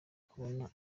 kubona